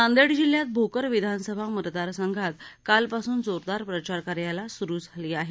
नांदेड जिल्ह्यात भोकर विधानसभा मतदार संघात काल पासून जोरदार प्रचाराला सुरूवात झाली आहे